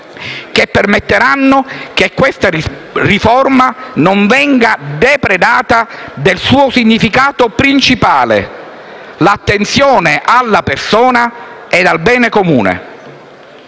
che permetteranno che questa riforma non venga depredata del suo significato principale: l'attenzione alla persona e al bene comune.